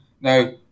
Now